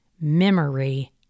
memory